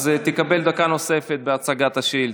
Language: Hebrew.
אז תקבל דקה נוספת בהצגת השאילתה.